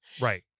Right